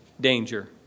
danger